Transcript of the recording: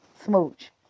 smooch